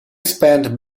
spent